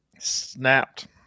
Snapped